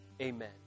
Amen